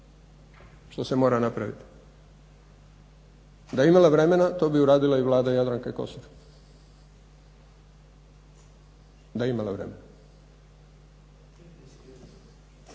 što se mora napraviti da je imala vremena to bi uradila i vlada Jadranke Kosor, da je imala vremena.